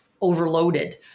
overloaded